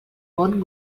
món